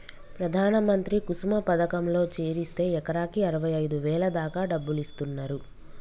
ప్రధాన మంత్రి కుసుమ పథకంలో చేరిస్తే ఎకరాకి అరవైఐదు వేల దాకా డబ్బులిస్తున్నరు